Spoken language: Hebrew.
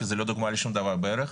כי זה לא דוגמא לשום דבר בערך.